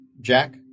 Jack